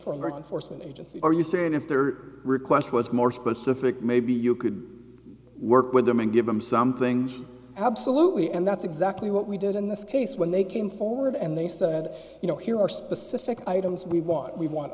swim agency are you saying if their request was more specific maybe you could work with them and give them something absolutely and that's exactly what we did in this case when they came forward and they said you know here are specific items we want we want